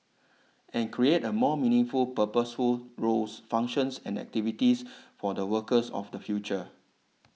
and create a more meaningful purposeful roles functions and activities for the workers of the future